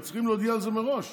הם צריכים להודיע על זה מראש,